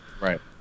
right